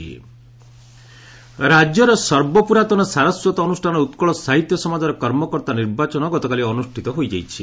ନିର୍ବାଚନ ରାଜ୍ୟର ସର୍ବପୁରାତନ ସାରସ୍ୱତ ଅନୁଷାନ ଉକ୍କଳ ସାହିତ୍ୟ ସମାଜର କର୍ମକର୍ତ୍ତା ନିର୍ବାଚନ ଗତକାଲି ଅନୁଷ୍ଠିତ ହୋଇଯାଇଛି